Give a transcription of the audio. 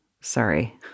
Sorry